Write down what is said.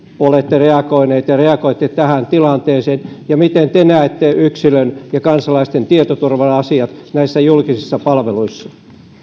olette reagoinut ja reagoitte tähän tilanteeseen ja miten te näette yksilön ja kansalaisen tietoturva asiat näissä julkisissa palveluissa